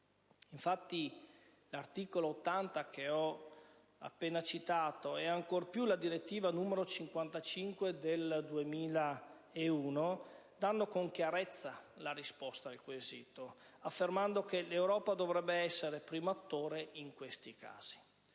europea - che ho appena citato - e, ancor di più, la direttiva n. 55 del 2001 danno con chiarezza la risposta al quesito, affermando che l'Europa dovrebbe essere il primo attore in questi casi.